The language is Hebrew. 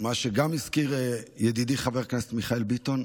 מה שהזכיר גם ידידי חבר הכנסת מיכאל ביטון,